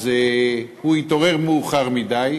אז הוא התעורר מאוחר מדי,